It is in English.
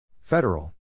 Federal